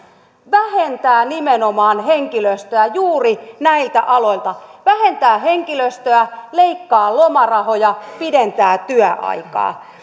vähentää nimenomaan henkilöstöä juuri näiltä aloilta vähentää henkilöstöä leikkaa lomarahoja pidentää työaikaa